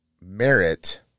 merit